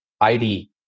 ID